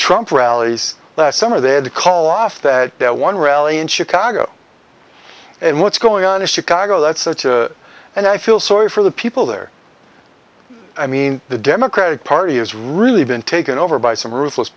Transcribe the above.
trump rallies last summer they had to call off that one rally in chicago and what's going on in chicago that's such a and i feel sorry for the people there i mean the democratic party has really been taken over by some ruthless